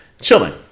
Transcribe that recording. chilling